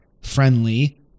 friendly